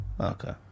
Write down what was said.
Okay